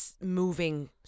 moving